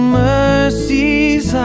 mercies